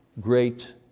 great